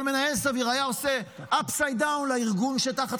כל מנהל סביר היה עושה upside-down לארגון שתחת